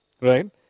Right